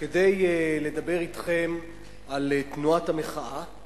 כדי לדבר אתכם על תנועת המחאה,